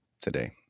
today